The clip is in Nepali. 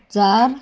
चार